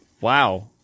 Wow